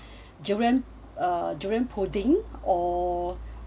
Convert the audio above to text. durian uh durian pudding or